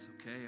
okay